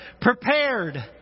prepared